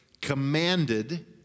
commanded